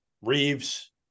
Reeves